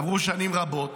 עברו שנים רבות,